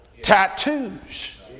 Tattoos